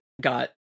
got